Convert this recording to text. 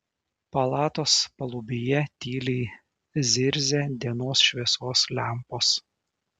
palatos palubyje tyliai zirzė dienos šviesos lempos